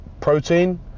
protein